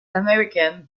american